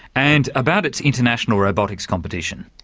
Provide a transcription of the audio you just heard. and about its international robotics competition.